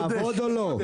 לעבוד או לא?